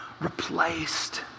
replaced